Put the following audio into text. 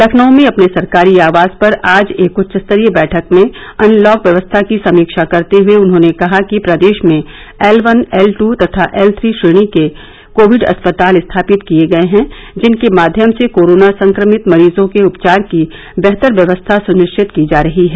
लखनऊ में अपने सरकारी आवास पर आज एक उच्च स्तरीय बैठक में अनलॉक व्यवस्था की समीक्षा करते हए उन्होने कहा कि प्रदेश में L one L two L three थ्री श्रेणी के कोविड अस्पताल स्थापित किए गए हैं जिनके माध्यम से कोरोना संक्रमित मरीजों के उपचार की बेहतर व्यवस्था सुनिश्चित की जा रही है